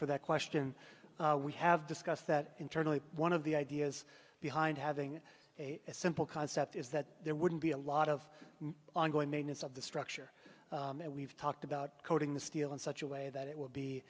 for that question we have discussed that internally one of the ideas behind having a simple concept is that there wouldn't be a lot of ongoing maintenance of the structure that we've talked about coating the steel in such a way that it w